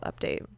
update